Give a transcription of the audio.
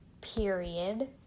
period